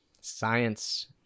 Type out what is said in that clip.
science